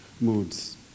moods